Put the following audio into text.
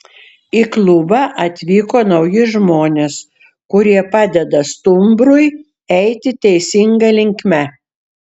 į klubą atvyko nauji žmonės kurie padeda stumbrui eiti teisinga linkme